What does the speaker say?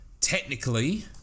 technically